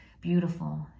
beautiful